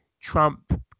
Trump